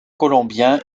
colombien